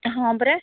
ହଁ ପରା